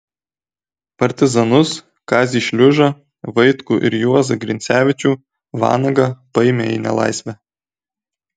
partizanus kazį šliužą vaitkų ir juozą grincevičių vanagą paėmė į nelaisvę